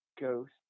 Ghost